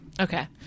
Okay